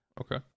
Okay